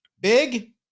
big